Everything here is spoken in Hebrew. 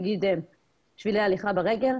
נגיד שבילי הליכה ברגל,